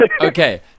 Okay